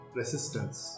resistance